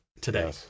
today